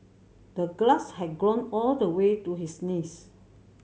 the grass had grown all the way to his knees